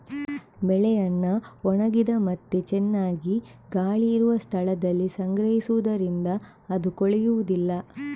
ಬೆಳೆಯನ್ನ ಒಣಗಿದ ಮತ್ತೆ ಚೆನ್ನಾಗಿ ಗಾಳಿ ಇರುವ ಸ್ಥಳದಲ್ಲಿ ಸಂಗ್ರಹಿಸುದರಿಂದ ಅದು ಕೊಳೆಯುದಿಲ್ಲ